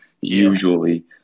usually